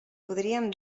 podríem